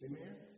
Amen